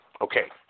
Okay